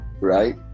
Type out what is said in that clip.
right